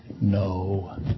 no